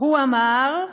הוא אמר,